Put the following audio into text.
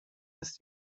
ist